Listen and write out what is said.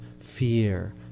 fear